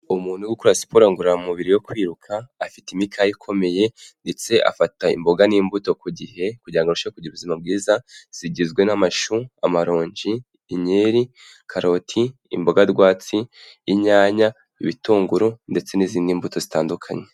Umuntu uri gukora siporo ngororamubiri yo kwiruka, afite imikaya ikomeye ndetse afata imboga n'imbuto ku gihe, kugira ngo abashe kugira ubuzima bwiza. Zigizwe n'amashu, amaronji, inyeri, karoti, imboga rwatsi, inyanya, ibitunguru ndetse n'izindi mbuto zitandukanye.